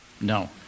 No